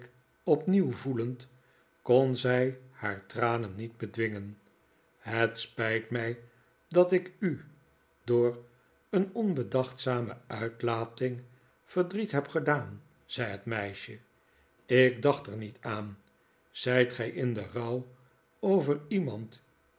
opnieuw voelend kon zij haar tranen niet bedwingen het spijt mij dat ik u door een onbedachtzame uitlating verdriet heb gedaan zei het meisje ik dacht er niet aan zijt gij in den rouw over iemand